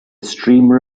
streamer